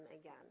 again